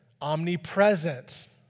omnipresence